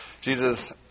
Jesus